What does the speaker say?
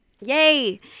Yay